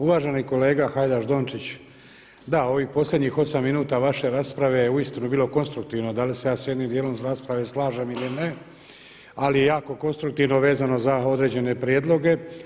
Uvaženi kolega Hajdaš Dončić, da ovih posljednjih 8 minuta vaše rasprave uistinu je bilo konstruktivno, da li se ja s jednim dijelom rasprave slažem ili ne, ali je jako konstruktivno vezano za određene prijedloge.